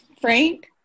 Frank